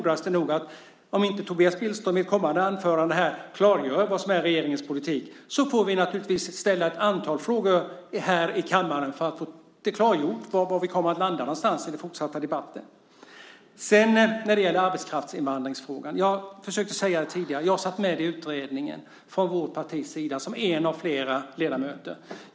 Om inte Tobias Billström i ett kommande anförande klargör vad som är regeringens politik får vi naturligtvis ställa ett antal frågor här i kammaren för att få klargjort var vi kommer att landa någonstans i den fortsatta debatten. När det gäller arbetskraftsinvandringsfrågan vill jag påpeka vad jag har försökt att säga tidigare. Jag satt med i utredningen som en av flera ledamöter från vårt parti.